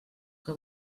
que